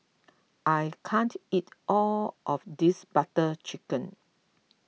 I can't eat all of this Butter Chicken